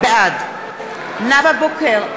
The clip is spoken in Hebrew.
בעד נאוה בוקר,